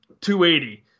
280